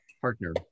partner